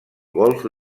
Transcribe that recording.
golf